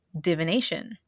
Divination